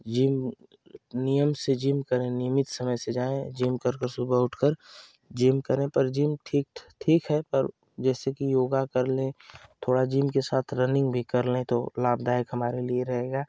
gym नियम से gym करें नियमित समय से जाएं जिम कर कर सुबह उठकर जिम करें पर जिम ठीक ठीक है पर जैसे कि योगा कर लें थोड़ा जिम के साथ रनिंग भी कर लें तो लाभदायक हमारे लिए रहेगा